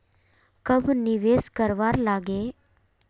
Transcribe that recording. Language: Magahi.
कब निवेश करवार लागे?